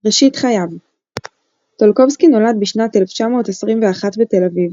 ראשית חייו טולקובסקי נולד בשנת 1921 בתל אביב,